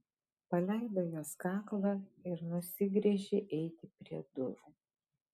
paleido jos kaklą ir nusigręžė eiti prie durų